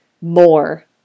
more